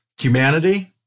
humanity